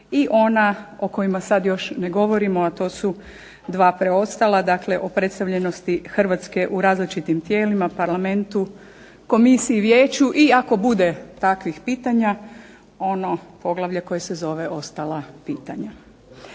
i ona o kojima sad još ne govorimo, a to su dva preostala, dakle o predstavljenosti Hrvatske u različitim tijelima, Parlamentu, Komisiji, Vijeću i ako bude takvih pitanja ono poglavlje koje se zove ostala pitanja.